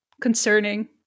concerning